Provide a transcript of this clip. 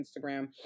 Instagram